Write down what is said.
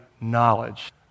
knowledge